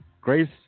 Grace